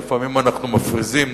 לפעמים אנחנו מפריזים,